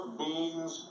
beans